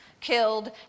killed